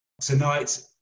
tonight